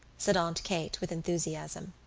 said aunt kate with enthusiasm.